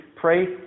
Pray